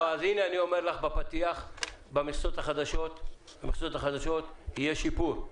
הנה, אני כבר אומר שבמכסות החדשות יהיה שיפור.